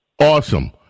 Awesome